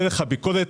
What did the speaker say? דרך הביקורת,